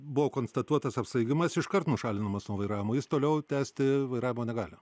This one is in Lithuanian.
buvo konstatuotas apsvaigimas iškart nušalinamas nuo vairavimo jis toliau tęsti vairavimo negali